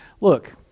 look